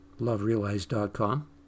loverealized.com